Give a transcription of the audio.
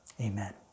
Amen